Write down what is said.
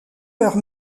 leurs